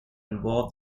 involve